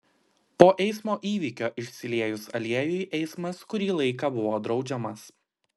po eismo įvykio išsiliejus aliejui eismas kurį laiką buvo draudžiamas